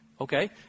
Okay